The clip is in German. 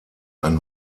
ein